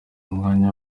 umwanya